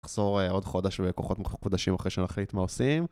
נחזור עוד חודש בכוחות מחודשים אחרי שנחליט מה עושים